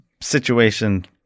situation